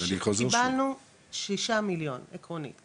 קיבלנו ששה מיליון עקרונית,